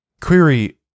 Query